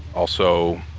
also,